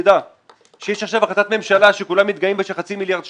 תדע שיש עכשיו החלטת ממשלה שכולם מתגאים בה לגבי חצי מיליארד שקלים.